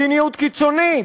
מדיניות קיצונית,